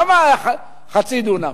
למה חצי דונם?